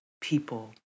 people